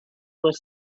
was